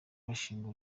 bashinga